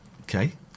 Okay